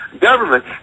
government